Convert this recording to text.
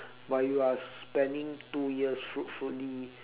but you are spending two years fruitfully